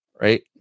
right